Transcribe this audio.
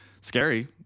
scary